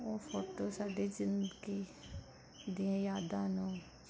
ਉਹ ਫੋਟੋ ਸਾਡੀ ਜ਼ਿੰਦਗੀ ਦੀਆਂ ਯਾਦਾਂ ਨੂੰ